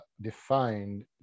defined